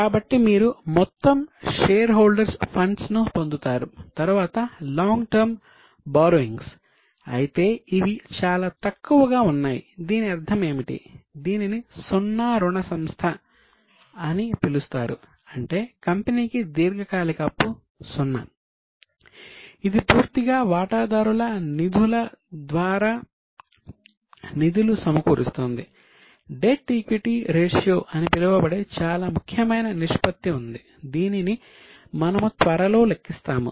కాబట్టి మీరు మొత్తం షేర్ హోల్డర్స్ ఫండ్స్ ఉంది దీనిని మనము త్వరలో లెక్కిస్తాము